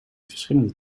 verschillende